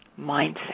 mindset